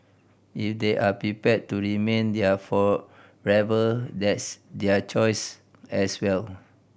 if they are prepared to remain there forever that's their choice as well